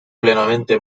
plenamente